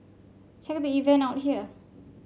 check the event out here